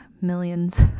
millions